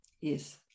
yes